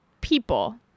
people